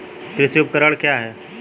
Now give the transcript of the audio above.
कृषि उपकरण क्या है?